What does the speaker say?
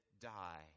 die